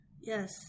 Yes